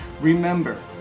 Remember